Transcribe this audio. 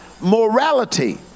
Morality